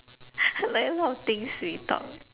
like a lot things we talk